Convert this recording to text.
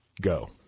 go